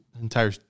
entire